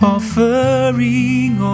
Offering